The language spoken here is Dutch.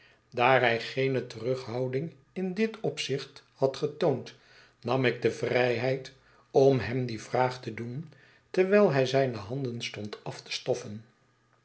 daar hij geene terughouding in dit opzicht had getoond nam ik de vrijheid om hem die vraag te doen terwijl hij zijne handen stond af te stoffen